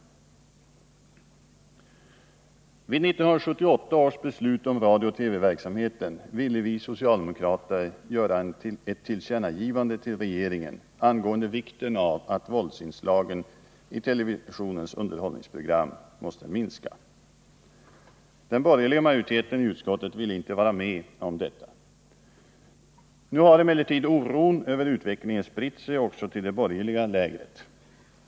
Då riksdagen fattade 1978 års beslut om radiooch TV-verksamheten ville vi socialdemokrater göra ett tillkännagivande till regeringen angående vikten av att våldsinslagen i televisionens underhållningsprogram minskas. Den borgerliga majoriteten i utskottet ville inte vara med om det. Nu har emellertid oron över utvecklingen spritt sig också till det borgerliga lägret.